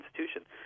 institution